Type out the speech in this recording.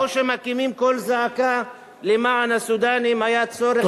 כמו שמקימים קול זעקה למען הסודנים היה צורך להקים,